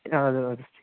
اَدٕ حظ اَدٕ حظ ٹھیٖک